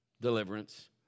deliverance